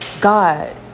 God